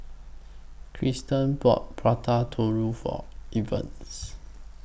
Cristal bought Prata Telur For Evans